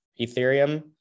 Ethereum